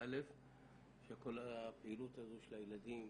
של כל הפעילות הזו של הילדים